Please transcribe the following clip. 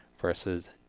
versus